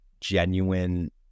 genuine